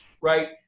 right